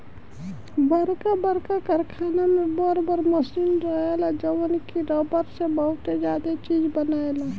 बरका बरका कारखाना में बर बर मशीन रहेला जवन की रबड़ से बहुते ज्यादे चीज बनायेला